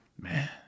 Man